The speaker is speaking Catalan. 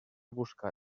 buscar